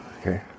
Okay